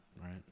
right